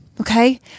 okay